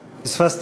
פספסתי.